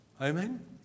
Amen